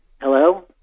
Hello